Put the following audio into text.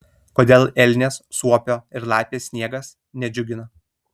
kodėl elnės suopio ir lapės sniegas nedžiugina